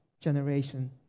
generation